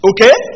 Okay